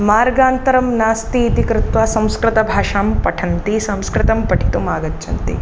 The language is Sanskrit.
मार्गान्तरं नास्ति इति कृत्वा संस्कृतभाषां पठन्ति संस्कृतं पठितुम् आगच्छन्ति